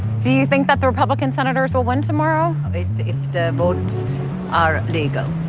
do you think that the republican senators will win tomorrow? if their votes are legal.